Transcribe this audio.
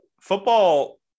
football